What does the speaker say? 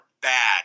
bad